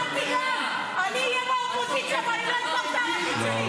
נשאיר אותך עשר שנים באופוזיציה.